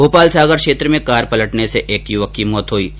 भोपाल सागर क्षेत्र में कार पलटने से एक युवक की मौत हुई है